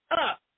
up